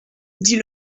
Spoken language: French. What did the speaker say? dit